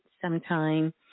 sometime